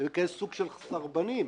היו סוג של סרבנים.